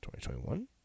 2021